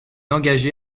engagé